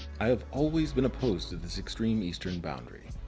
i have always been opposed to this extreme eastern boundary.